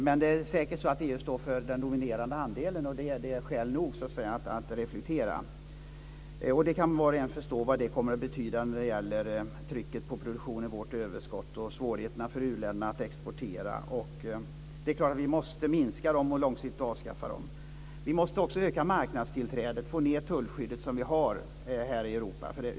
Men det är säkert så att EU står för den dominerande andelen, och det är skäl nog att reflektera. Var och en kan förstå vad det kommer att betyda när det gäller trycket på produktionen, vårt överskott och svårigheterna för u-länderna att exportera. Det är klart att vi måste minska och långsiktigt avskaffa dem. Vi måste också öka marknadstillträdet och få ned tullskyddet som vi har här i Europa.